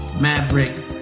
maverick